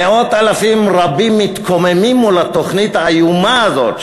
מאות אלפים רבים מתקוממים מול התוכנית האיומה הזאת,